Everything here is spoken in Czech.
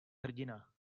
hrdina